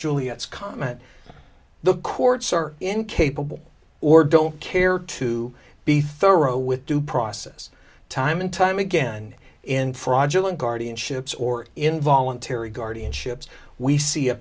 juliets comment the courts are incapable or don't care to be thorough with due process time and time again in fraudulent guardianships or involuntary guardianship we see a